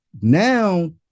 Now